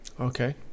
Okay